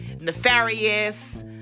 nefarious